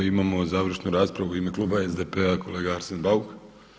I imamo završnu raspravu u ime kluba SDP-a kolega Arsen Bauk.